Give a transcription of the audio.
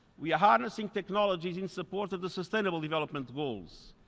we are harnessing technologies in support of the sustainable development goals.